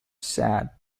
sad